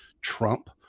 Trump